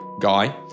guy